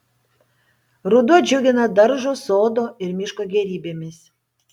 ruduo džiugina daržo sodo ir miško gėrybėmis